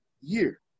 year